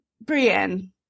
Brienne